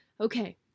Okay